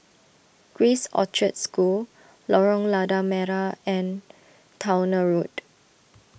Grace Orchard School Lorong Lada Merah and Towner Road